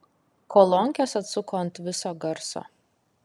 kolonkes atsuko ant viso garso